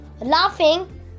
laughing